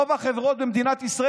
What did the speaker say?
רוב החברות במדינת ישראל,